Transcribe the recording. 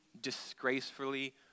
disgracefully